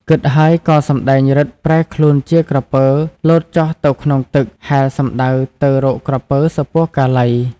គិតហើយក៏សំដែងឫទ្ធិប្រែខ្លួនជាក្រពើលោតចុះទៅក្នុងទឹក ហែល សំដៅទៅរកក្រពើ សុពណ៌កាឡី។